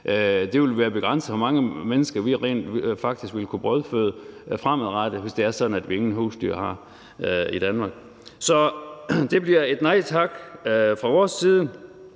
Det ville være begrænset, hvor mange mennesker vi rent faktisk ville kunne brødføde fremadrettet, hvis det er sådan, at vi ingen husdyr har i Danmark. Så det bliver et nej tak fra vores side.